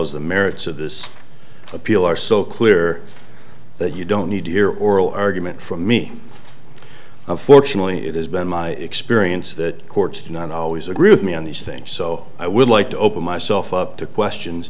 as the merits of this appeal are so clear that you don't need to hear oral argument from me unfortunately it has been my experience that courts do not always agree with me on these things so i would like to open myself up to questions